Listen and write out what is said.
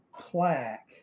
plaque